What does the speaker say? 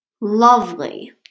Lovely